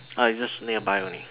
Oh it's just nearby only